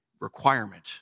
requirement